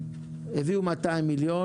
הביאו 200 מיליון